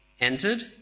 entered